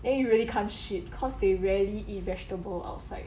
then you really can't shit cause they rarely eat vegetable outside